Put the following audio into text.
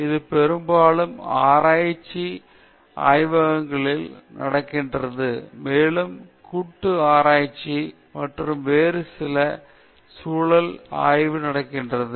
இது பெரும்பாலும் ஆராய்ச்சி ஆய்வகங்களில் நடக்கிறது மேலும் கூட்டு ஆராய்ச்சி மற்றும் வேறு சில சூழல் ஆய்வு நடைபெறுகிறது